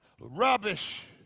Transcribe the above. rubbish